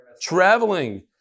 traveling